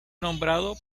nombrado